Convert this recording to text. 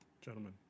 gentlemen